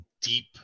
deep